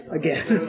again